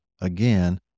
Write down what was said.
Again